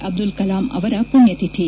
ಅಬ್ಲುಲ್ ಕಲಾಂ ಅವರ ಪುಣ್ಣತಿಥಿ